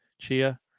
Chia